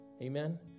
Amen